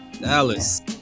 Dallas